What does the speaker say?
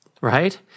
right